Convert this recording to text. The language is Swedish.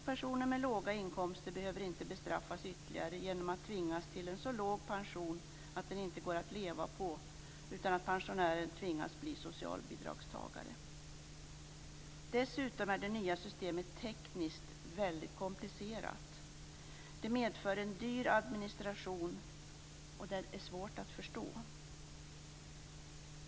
Personer med låga inkomster behöver inte bestraffas ytterligare genom att tvingas till en pension som är så låg att den inte går att leva på utan att pensionären tvingas bli socialbidragstagare. Dessutom är det nya systemet tekniskt väldigt komplicerat. Det medför en dyr administration och är svårt att förstå.